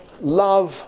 love